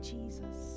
Jesus